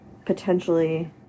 potentially